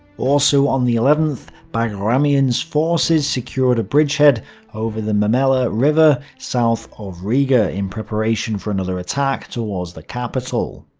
also on the eleventh, bagramian's forces secured a bridgehead over the memele river, south of riga, in preparation for another attack towards the capital.